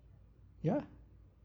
ya